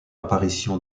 apparition